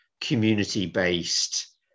community-based